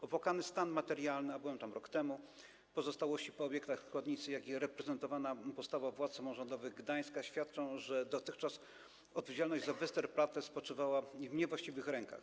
Opłakany stan materialny - a byłem tam rok temu - pozostałości po obiektach składnicy, jak i prezentowana postawa władz samorządowych Gdańska świadczą, że dotychczas odpowiedzialność za Westerplatte spoczywała w niewłaściwych rękach.